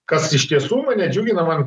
kas iš tiesų mane džiugina man